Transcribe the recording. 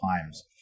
times